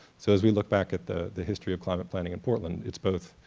so as we look back at the the history of climate planning in portland it's both,